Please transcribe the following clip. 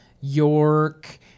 York